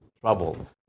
trouble